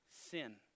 sin